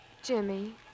Jimmy